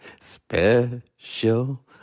special